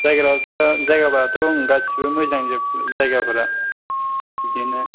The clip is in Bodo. जायगा बोथोरा जायगाफ्राथ' गासिबो मोजांजोब जायगाफोरा बिदिनो